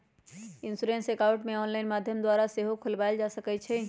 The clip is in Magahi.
इंश्योरेंस अकाउंट ऑनलाइन माध्यम द्वारा सेहो खोलबायल जा सकइ छइ